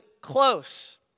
close